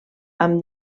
amb